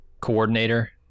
coordinator